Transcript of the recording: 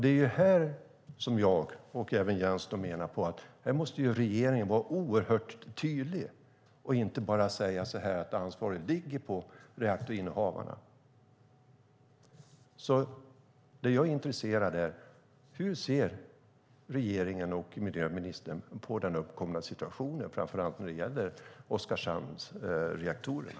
Det är här som jag, och även Jens, menar att regeringen måste vara oerhört tydlig och inte bara säga att ansvaret ligger på reaktorinnehavarna. Det jag är intresserad av är hur regeringen och miljöministern ser på den uppkomna situationen, framför allt när det gäller Oskarshamnsreaktorerna.